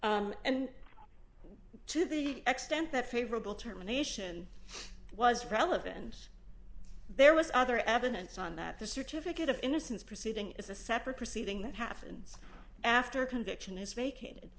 issue and to the extent that favorable terminations was relevant there was other evidence on that the certificate of innocence proceeding is a separate proceeding that happens after conviction is vacated